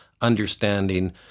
understanding